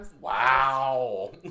Wow